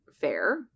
Fair